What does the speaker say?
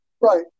Right